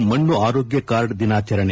ಇಂದು ಮಣ್ಣು ಆರೋಗ್ನ ಕಾರ್ಡ್ ದಿನಾಚರಣೆ